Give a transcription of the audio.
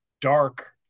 dark